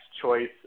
choice